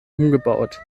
umgebaut